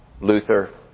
Luther